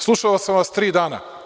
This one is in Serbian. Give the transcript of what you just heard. Slušao sam vas tri dana.